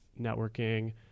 networking